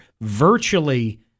virtually